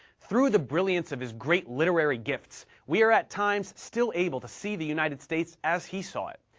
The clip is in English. through the brilliance of his great literary gifts we are at times still able to see the united states as he saw it,